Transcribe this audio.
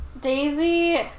Daisy